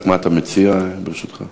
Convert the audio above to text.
רק, מה אתה מציע, ברשותך?